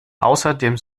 außerdem